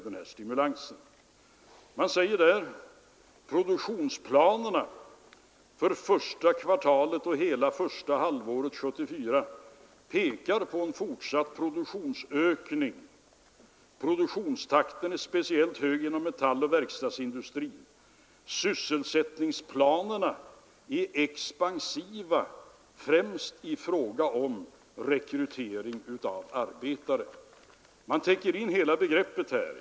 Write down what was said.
Man säger i rapporten: Produktionsplanerna för första kvartalet och hela första halvåret 1974 pekar på en fortsatt produktionsökning. Produktionstakten är speciellt hög inom metalloch verkstadsindustrin. Sysselsättningsplanerna är expansiva, främst i fråga om rekrytering av arbetare. Man täcker in hela begreppet.